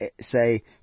say